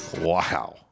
Wow